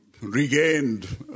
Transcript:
regained